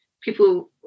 people